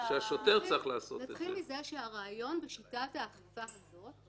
נתחיל מזה שהרעיון בשיטת האכיפה הזאת,